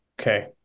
Okay